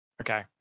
Okay